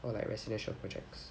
or like residential projects